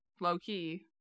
low-key